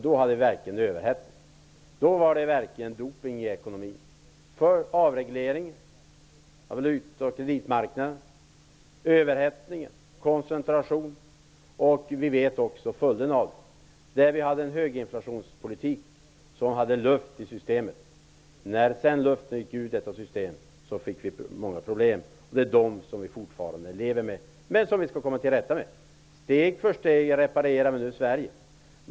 Då var det verkligen fråga om överhettning och doping i ekonomin. Den fulla avregleringen, utvecklingen på kreditmarknaden, överhettningen och koncentrationen fick följder som alla känner till. Höginflationspolitiken medförde luft i systemet. När luften sedan gick ur detta system, fick vi många problem. Dem lever vi fortfarande med, men vi skall komma till rätta med dem. Steg för steg reparerar vi nu Sverige.